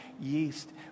yeast